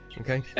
okay